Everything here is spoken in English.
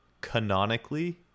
canonically